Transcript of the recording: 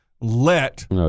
let